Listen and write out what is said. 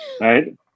right